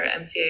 MCA